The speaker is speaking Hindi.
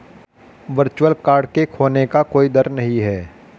वर्चुअल कार्ड के खोने का कोई दर नहीं है